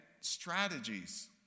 strategies